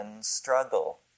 struggle